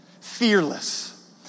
Fearless